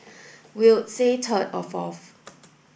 we'll say third or fourth